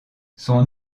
son